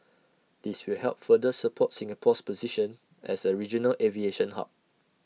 this will help further support Singapore's position as A regional aviation hub